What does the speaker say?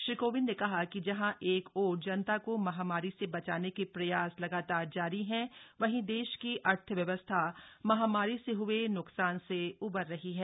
श्री कोविंद ने कहा कि जहां एक ओर जनता को महामारी से बचाने के प्रयास लगातार जारी हैं वहीं देश की अर्थव्यवस्था महामारी से हुए न्कसान से उबर रही है